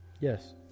Yes